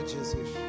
Jesus